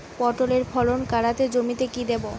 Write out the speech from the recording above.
পটলের ফলন কাড়াতে জমিতে কি দেবো?